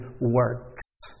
works